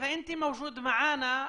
אנחנו נעבור לכבוד הקאדי השרעי,